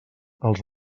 els